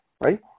right